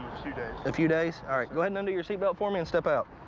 few days a few days? all right. go ahead an undo your seat belt for me and step out.